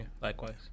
Likewise